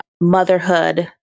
motherhood